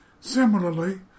Similarly